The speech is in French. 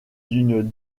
d’une